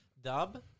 Dub